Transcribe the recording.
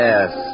Yes